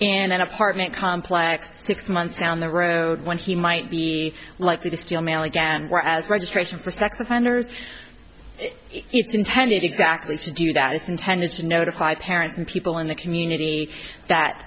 in an apartment complex six months down the road when he might be likely to steal mail again whereas registration for sex offenders it's intended exactly to do that it's intended to notify parents in people in the community that